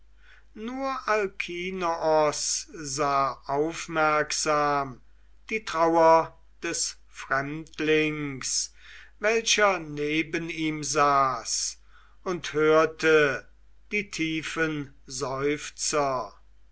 nur alkinoos sah aufmerksam die trauer des fremdlings welcher neben ihm saß und hörte die tiefen seufzer